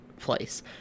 place